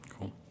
Cool